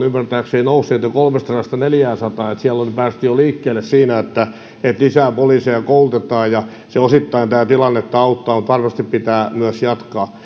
ymmärtääkseni nousseet jo kolmestasadasta neljäänsataan eli siellä on päästy jo liikkeelle siinä että lisää poliiseja koulutetaan ja se osittain tätä tilannetta auttaa mutta varmasti pitää myös jatkaa